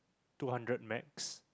two hundred max